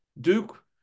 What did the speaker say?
Duke